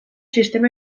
sistema